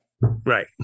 right